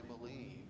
believe